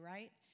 Right